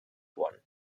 one